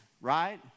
right